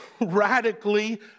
radically